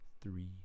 three